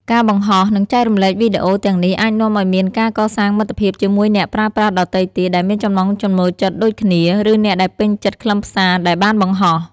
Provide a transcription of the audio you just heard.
ការបង្ហោះ និងចែករំលែកវីដេអូទាំងនេះអាចនាំឱ្យមានការកសាងមិត្តភាពជាមួយអ្នកប្រើប្រាស់ដទៃទៀតដែលមានចំណង់ចំណូលចិត្តដូចគ្នា ឬអ្នកដែលពេញចិត្តខ្លឹមសារដែលបានបង្ហោះ។